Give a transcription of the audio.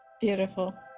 Beautiful